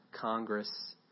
congress